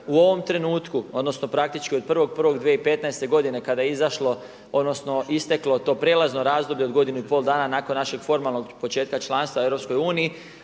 u ovom trenutku, praktički od 1.1.2015. godine kada je izašlo odnosno isteklo to prijelazno razdoblje od godinu i pol dana nakon našeg formalnog početka članstva u Europskoj uniji